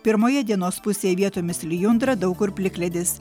pirmoje dienos pusėje vietomis lijundra daug kur plikledis